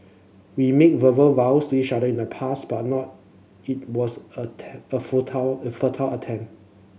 we made verbal vows to each other in the past but not it was a a futile a futile attempt